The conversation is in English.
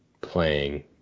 playing